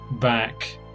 back